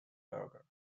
berger